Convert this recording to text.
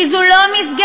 אבל במה הם עובדים?